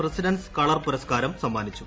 president's colour പുരസ്ക്ക്ട്ാർം സമ്മാനിച്ചു